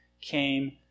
came